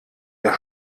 der